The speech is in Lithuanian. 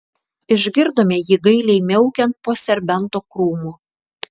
išgirdome jį gailiai miaukiant po serbento krūmu